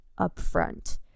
upfront